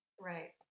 Right